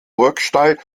burgstall